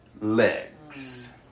legs